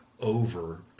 over